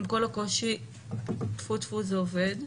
עם כל הקושי זה עובד,